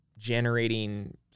Generating